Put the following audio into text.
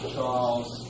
Charles